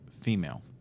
female